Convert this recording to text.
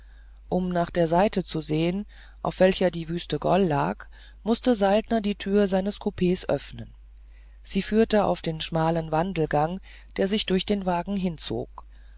um nach der seite zu sehen auf welcher die wüste gol lag mußte saltner die tür seines coups öffnen sie führte auf den schmalen wandelgang der sich durch den wagen hinzog